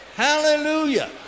Hallelujah